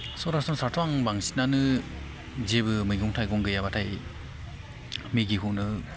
सरासनस्राथ' आं बांसिनानो जेबो मैगं थाइगं गैयाब्लाथाय मेगिखौनो